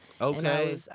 Okay